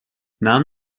нам